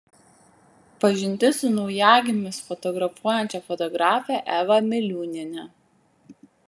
pažintis su naujagimius fotografuojančia fotografe eva miliūniene